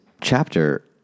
chapter